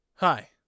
Hi